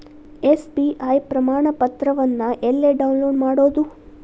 SBI ಪ್ರಮಾಣಪತ್ರವನ್ನ ಎಲ್ಲೆ download ಮಾಡೊದು?